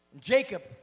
Jacob